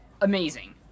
amazing